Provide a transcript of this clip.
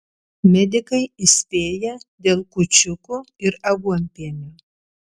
medikai įspėja dėl kūčiukų ir aguonpienio